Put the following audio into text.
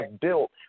built